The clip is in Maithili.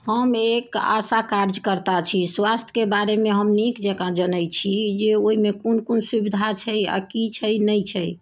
हम एक आशा कार्यकर्ता छी स्वास्थ्यके बारेमे हम नीक जकाँ जनै छी जे ओइमे कोन कोन सुविधा छै आओर की छै नहि छै